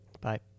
Bye